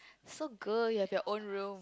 so good you have your own room